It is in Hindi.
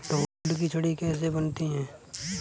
ढोल की छड़ी कैसे बनती है?